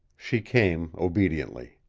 she came, obediently.